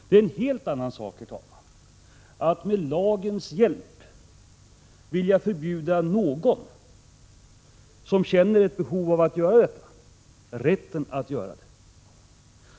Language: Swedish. Det är en helt annan sak, herr talman, att med lagens hjälp vilja förbjuda någon som känner behov av att göra detta, rätten att göra det.